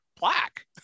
black